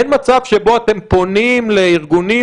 אין מצב שבו אתם פונים לארגונים,